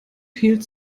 hielt